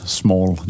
small